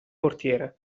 portiere